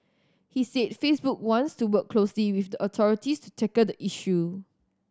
he said Facebook wants to work closely with the authorities to tackle the issue